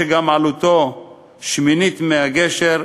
שגם עלותו שמינית מעלות הגשר,